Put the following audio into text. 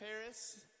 Paris